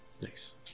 Nice